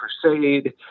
crusade